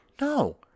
No